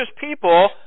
people